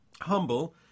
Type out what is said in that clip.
humble